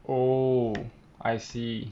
oh I see